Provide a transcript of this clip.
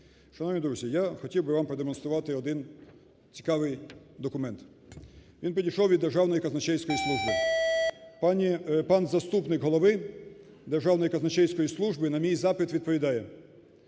Шановні друзі, я хотів би вам продемонструвати один цікавий документ, він прийшов від Державної казначейської служби. Пан заступник голови Державної казначейської служби на мій запит відповідає…